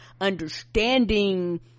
understanding